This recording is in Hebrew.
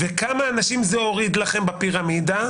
וכמה אנשים זה הוריד לכם בפירמידה?